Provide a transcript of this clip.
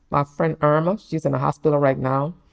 my friend irma, she's in the hospital right now.